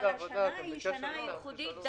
אבל השנה היא שנה ייחודית.